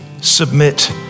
submit